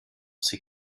ses